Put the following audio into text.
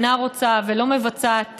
אינה רוצה ולא מבצעת,